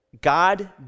God